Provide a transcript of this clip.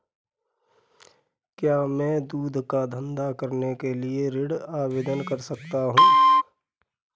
क्या मैं दूध का धंधा करने के लिए ऋण आवेदन कर सकता हूँ?